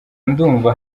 ndumva